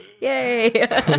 Yay